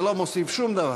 זה לא מוסיף שום דבר.